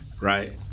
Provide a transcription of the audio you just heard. right